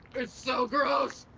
it's so gross!